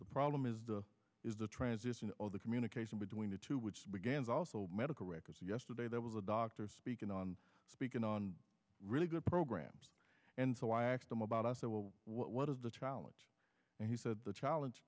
the problem is is the transition of the communication between the two which began also medical records yesterday there was a doctor speaking on speaking on really good programs and so i asked him about us what is the challenge and he said the challenge